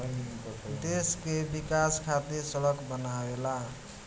देश के विकाश खातिर सड़क बनावेला